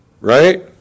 right